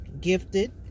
gifted